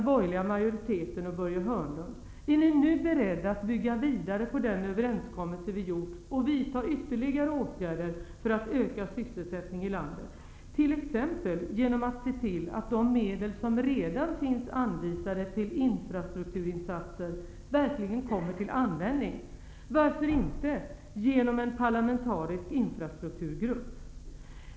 Börje Hörnlund: Är ni nu beredda att bygga vidare på den överenskommelse vi har gjort och vidta ytterligare åtgärder för att öka sysselsättningen i landet, t.ex. genom att se till att de medel som redan finns anvisade till infrastrukturinsatser verkligen kommer till användning, varför inte genom en parlamentarisk infrastrukturgrupp?